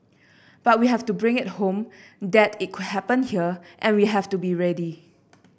but we have to bring it home that it could happen here and we have to be ready